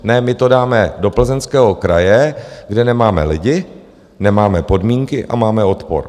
Ne, my to dáme do Plzeňského kraje, kde nemáme lidi, nemáme podmínky a máme odpor.